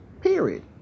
period